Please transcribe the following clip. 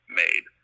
made